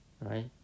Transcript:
right